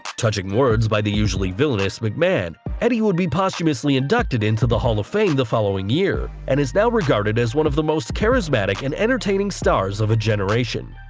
touching words by the usual villainous mcmahon, eddie would be posthumously inducted into the hall of fame the following year, and is now regarded as one the most charismatic and entertaining stars of a generation.